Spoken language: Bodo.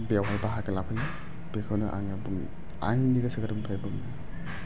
बेयाव बाहागो लाफैगोन बेखौनो आंयो आंनि गोसो गोरबोनिफ्राय